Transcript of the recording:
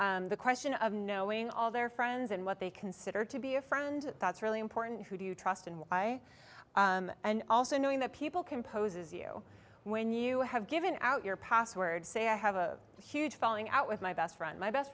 it the question of knowing all their friends and what they consider to be a friend that's really important who do you trust and why and also knowing that people can pose as you when you have given out your passwords say i have a huge falling out with my best friend my best